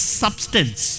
substance